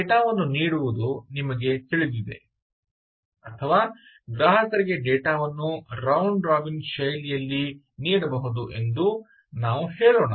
data ವನ್ನು ನೀಡುವುದು ನಿಮಗೆ ತಿಳಿದಿದೆ ಅಥವಾ ಗ್ರಾಹಕರಿಗೆ ಡೇಟಾ ವನ್ನು ರೌಂಡ್ ರಾಬಿನ್ ಶೈಲಿಯಲ್ಲಿ ನೀಡಬಹುದು ಎಂದು ನಾವು ಹೇಳೋಣ